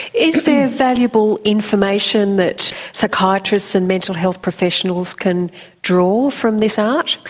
is there valuable information that psychiatrists and mental health professionals can draw from this art?